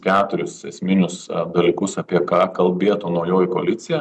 keturis esminius dalykus apie ką kalbėtų naujoji koalicija